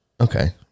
Okay